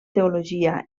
teologia